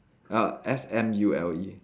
ah S M U L E